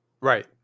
Right